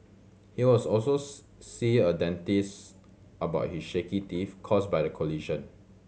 he was also see a dentist about his shaky teeth caused by the collision